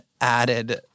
added